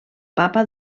papa